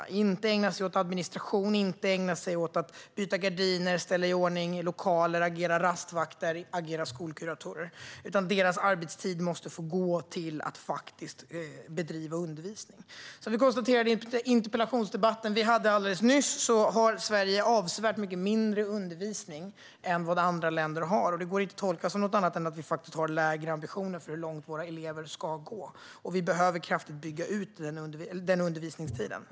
De ska inte ägna sig åt administration, att byta gardiner, ställa i ordning lokaler, agera rastvakter eller agera skolkuratorer, utan deras arbetstid måste få gå till att bedriva undervisning. Som vi konstaterade i den interpellationsdebatt vi hade alldeles nyss har Sverige avsevärt mycket mindre undervisningstid än vad andra länder har. Det går inte att tolka som något annat än att vi faktiskt har lägre ambitioner för hur långt våra elever ska gå. Vi behöver kraftigt bygga ut undervisningstiden.